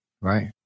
Right